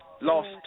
Lost